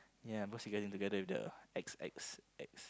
ya because he getting together with the ex ex ex